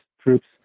troops